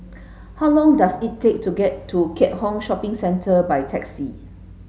how long does it take to get to Keat Hong Shopping Centre by taxi